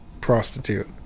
prostitute